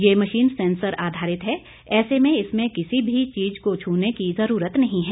ये machine sensor आधारित है ऐसे में इसमें किसी भी चीज़ को छूने की ज़रूरत नहीं है